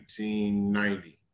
1990